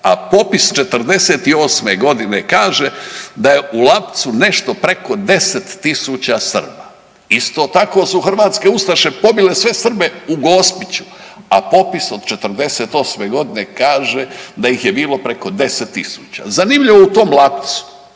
a popis '48. g. kaže da je u Lapcu nešto preko 10 000 Srba. Isto tako su hrvatske ustaše pobile sve Srbe u Gospiću, a popis od '48. g. kaže da ih je bilo preko 10 tisuća. Zanimljivo u tom Lapcu